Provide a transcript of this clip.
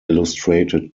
illustrated